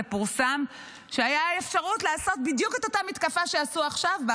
זה פורסם שהייתה אפשרות לעשות בדיוק את אותה מתקפה שעשו עכשיו.